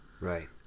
Right